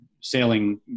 sailing